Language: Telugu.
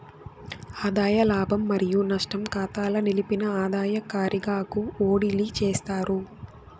ఆదాయ లాభం మరియు నష్టం కాతాల నిలిపిన ఆదాయ కారిగాకు ఓడిలీ చేస్తారు